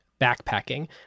backpacking